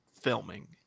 filming